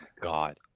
God